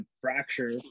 fracture